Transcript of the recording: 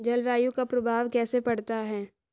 जलवायु का प्रभाव कैसे पड़ता है?